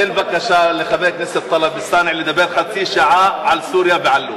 תן בבקשה לחבר הכנסת טלב אלסאנע לדבר חצי שעה על סוריה ועל לוב.